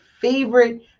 favorite